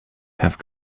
have